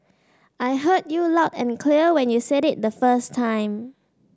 I heard you loud and clear when you said it the first time